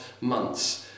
months